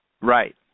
Right